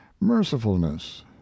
mercifulness